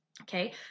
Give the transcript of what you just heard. okay